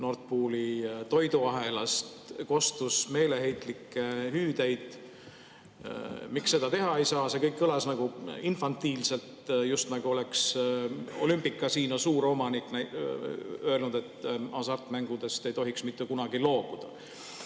Nord Pooli toiduahelast meeleheitlikke hüüdeid, miks seda teha ei saa. See kõik kõlas infantiilselt, just nagu oleks Olympic Casino suuromanik öelnud, et hasartmängudest ei tohiks mitte kunagi loobuda. Nüüd